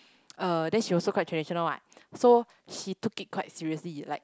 uh then she also quite traditional what so she took it quite seriously like